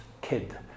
kid